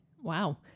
Wow